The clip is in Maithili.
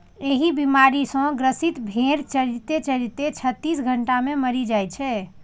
एहि बीमारी सं ग्रसित भेड़ चरिते चरिते छत्तीस घंटा मे मरि जाइ छै